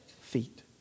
feet